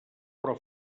però